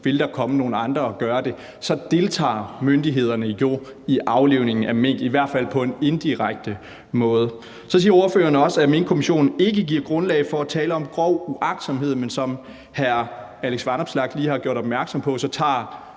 vil der komme nogle andre og gøre det, så deltager myndighederne jo i aflivningen af mink, i hvert fald på en indirekte måde. Så siger ordføreren også, at Minkkommissionen ikke giver grundlag for at tale om grov uagtsomhed. Men som hr. Alex Vanopslagh lige har gjort opmærksom på, tager